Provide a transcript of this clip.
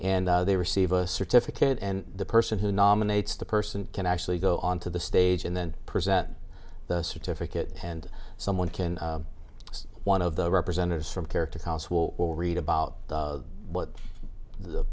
and they receive a certificate and the person who nominates the person can actually go on to the stage and then present the certificate and someone can see one of the representatives from character council will read about what the